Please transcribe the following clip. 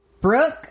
Brooke